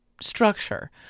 structure